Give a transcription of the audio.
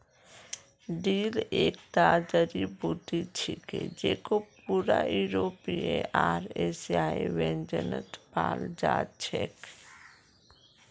dill एकता जड़ी बूटी छिके जेको पूरा यूरोपीय आर एशियाई व्यंजनत पाल जा छेक